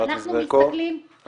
-- חברת הכנסת ברקו, נא לסיים.